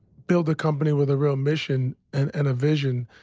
build a company with a real mission and and a vision,